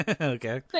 Okay